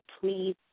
please